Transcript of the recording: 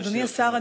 אדוני השר,